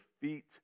feet